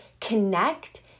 connect